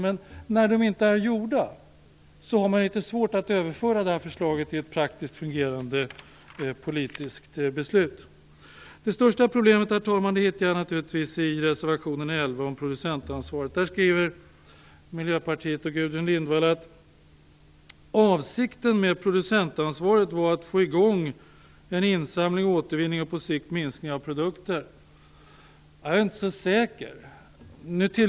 Men vad gör man när de inte är gjorda? Då har man litet svårt att överföra detta förslag till ett praktiskt fungerande politiskt beslut. Herr talman! Det största problemet hittar jag i reservation 11 om producentansvaret för förpackningar. Där skriver Miljöpartiet och Gudrun Lindvall: "Avsikten med producentansvaret var att få i gång en insamling, återvinning och på sikt minskning av produkter". Jag är inte så säker på det.